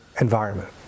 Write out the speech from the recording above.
environment